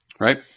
Right